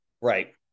right